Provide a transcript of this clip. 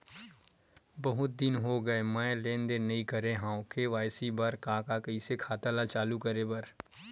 बहुत दिन हो गए मैं लेनदेन नई करे हाव के.वाई.सी बर का का कइसे खाता ला चालू करेबर?